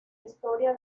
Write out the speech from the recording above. historia